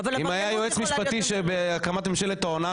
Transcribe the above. אם היה יועץ משפטי בהקמת ממשלת ההונאה